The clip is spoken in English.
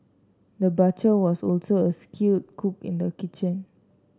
the butcher was also a skilled cook in the kitchen